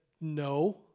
No